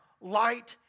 light